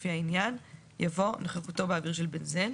לפי העניין" יבוא "נוכחותו באוויר של בנזן".